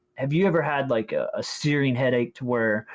have you ever had like a a searing headache to where,